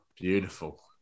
beautiful